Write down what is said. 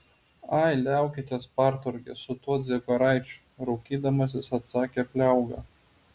ai liaukitės partorge su tuo dziegoraičiu raukydamasis atsakė pliauga